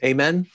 Amen